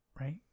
Right